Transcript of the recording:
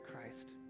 Christ